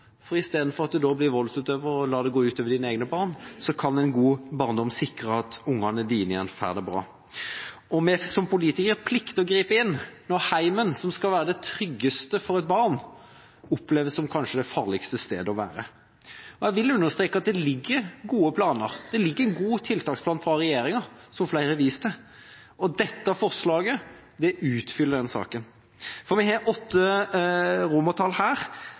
gå ut over ens egne barn, kan en god barndom sikre at ens egne unger igjen får det bra. Vi som politikere plikter å gripe inn når heimen, som skal være det tryggeste for et barn, oppleves som kanskje det farligste stedet å være. Jeg vil understreke at det foreligger gode planer. Det foreligger en god tiltaksplan fra regjeringa, som flere har vist til. Dette representantforslaget utfyller denne saken. Det er her åtte